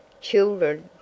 children